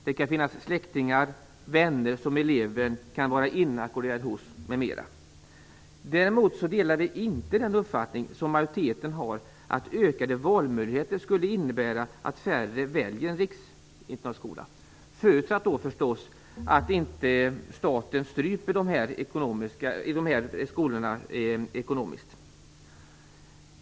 Det kan finnas släktingar, vänner m.m. som eleven kan vara inackorderad hos. Däremot delar vi inte majoritetens uppfattning att ökade valmöjligheter skulle innebära att färre väljer en riksinternatskola. Förutsättningen är förstås att staten inte stryper dessa skolor ekonomiskt.